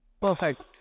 perfect